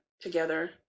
together